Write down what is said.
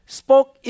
spoke